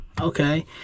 okay